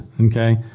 okay